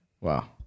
Wow